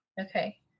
Okay